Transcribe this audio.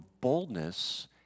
boldness